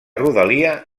rodalia